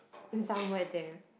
somewhere there